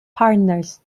partners